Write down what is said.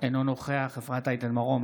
אינו נוכח אפרת רייטן מרום,